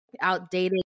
outdated